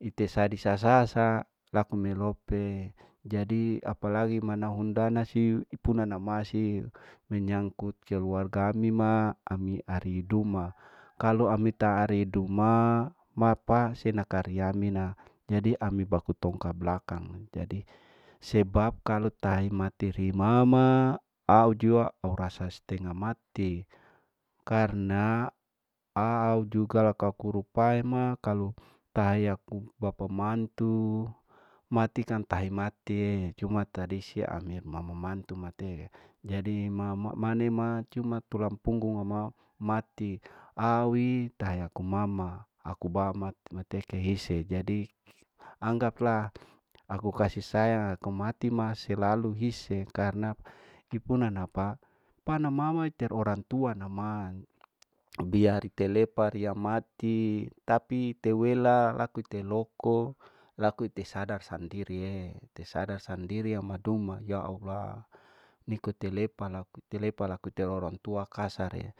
ite sadisa sasa laku melope jadi apalagi mana hundana siwi ipuna nama siwi menyangkut keluarga ami ma ami ari duma, kalu ami taari duma mapa senaka riyaa ami na jadi ami baku tongka balakang, jadi sebab kalu tahi materi mama au jua au rasa stenga mati, karna au juga laka kurupai ma kalu tahaiya ku bapa mantu matikang tahi mati ee cuma tradisi ami mama mantu ma matie jadi mane ma tulang punggu wama mati au ei mati aku mama aku bama mateke hise jadi anggapla aku kasih sayang ku matir ma selalu hise ekarna kipuna napa pana mama iter orang tua nama, biar ite lepa riya mati, mati ite wela telaku loko laku iter sadar sandiriee, iter sadar sandiri ama duma ya allah niko itelepa laku, itelepa laku iter orang tua kasaree.